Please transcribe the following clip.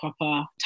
proper